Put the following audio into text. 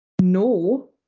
no